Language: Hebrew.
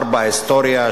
ארבעה בהיסטוריה,